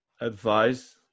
advice